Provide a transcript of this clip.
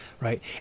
right